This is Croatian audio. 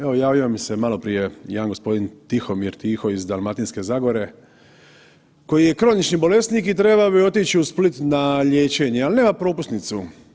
Evo javio mi se maloprije jedan g. Tihomir Tiho iz Dalmatinske zagore koji je kronični bolesnik i trebao bi otići u Split na liječenje, ali nema propusnicu.